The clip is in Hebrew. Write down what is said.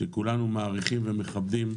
שכולנו מעריכים ומכבדים,